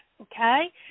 okay